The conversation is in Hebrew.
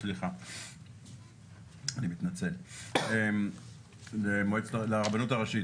אז נעצור פה, לירון.